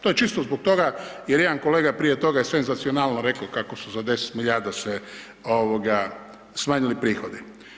To je čisto zbog toga jer jedan kolega prije toga je senzacionalno rekao kako su za 10 milijarda se smanjili prihodi.